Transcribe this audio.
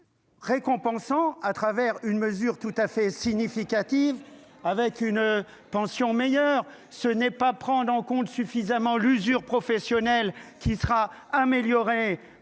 nous. Récompensant à travers une mesure tout à fait significative avec une pension meilleure ce n'est pas prendre en compte suffisamment l'usure professionnelle qui sera amélioré